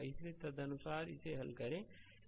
इसलिए तदनुसार इसे हल करें